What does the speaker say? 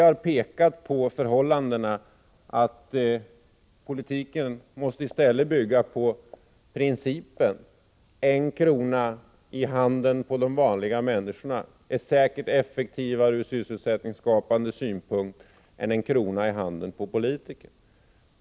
Vi har ansett att politiken i stället måste bygga på principen att en krona i handen på de vanliga människorna säkert är effektivare ur sysselsättningsskapande synpunkt än en krona i handen på politiker.